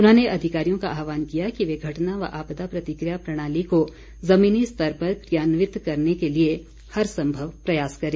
उन्होंने अधिकारियों का आहवान किया कि वे घटना व आपदा प्रतिक्रिया प्रणाली को जमीनी स्तर पर क्रियान्वित करने के लिए हर संभव प्रयास करें